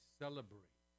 celebrate